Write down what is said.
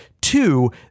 Two